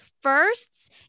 firsts